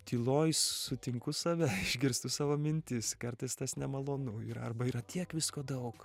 tyloj sutinku save išgirstu savo mintis kartais tas nemalonu ir arba yra tiek visko daug